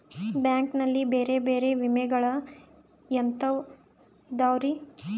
Bank ನಲ್ಲಿ ಬೇರೆ ಬೇರೆ ವಿಮೆಗಳು ಎಂತವ್ ಇದವ್ರಿ?